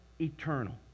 eternal